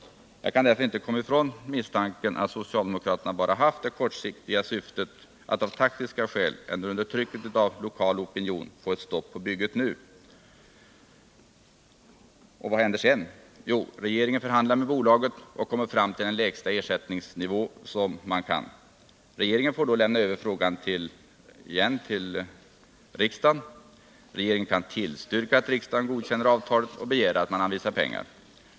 Jag kan därför inte komma ifrån misstanken att utskottsmajoriteten bara haft det kortsiktiga syftet att av taktiska skäl eller under trycket av lokala opinioner få ett stopp på bygget nu. Och vad händer sedan? Jo — regeringen förhandlar med bolaget och kommer fram till den lägsta ersättningsnivå man kan. Regeringen får då lämna över frågan igen till riksdagen. Regeringen kan tillstyrka att riksdagen godkänner avtalet och begära att pengar anvisas.